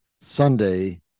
Sunday